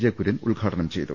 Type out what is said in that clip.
J Kurian ഉദ്ഘാടനം ചെയ്തു